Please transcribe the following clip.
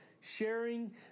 sharing